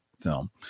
film